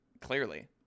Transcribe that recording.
clearly